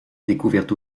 découvertes